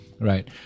right